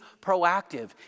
proactive